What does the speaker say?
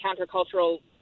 countercultural